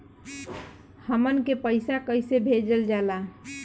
हमन के पईसा कइसे भेजल जाला?